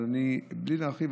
אבל בלי להרחיב,